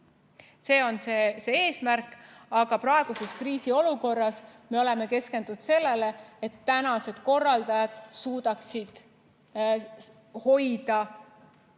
See on see eesmärk. Aga praeguses kriisiolukorras me oleme keskendunud sellele, et korraldajad suudaksid hoida